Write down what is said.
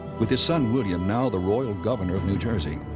with his son william now the royal governor of new jersey,